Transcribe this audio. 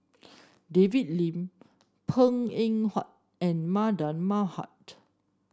David Lim Png Eng Huat and Mardan Mamat